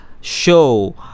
show